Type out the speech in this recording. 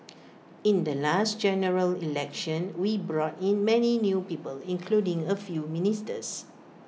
in the last General Election we brought in many new people including A few ministers